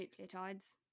nucleotides